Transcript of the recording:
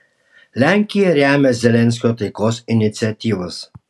lenkija remia zelenskio taikos iniciatyvas